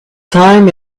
time